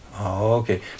okay